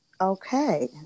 Okay